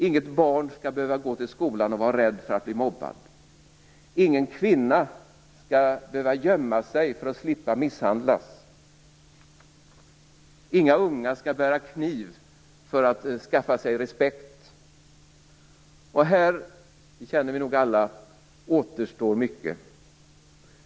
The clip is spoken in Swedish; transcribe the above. Inget barn skall behöva gå till skolan och vara rädd för att bli mobbad. Ingen kvinna skall behöva gömma sig för att slippa misshandlas. Inga unga skall bära kniv för att skaffa sig respekt. Här återstår mycket att göra. Det känner vi nog alla.